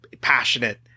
passionate